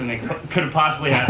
could've possibly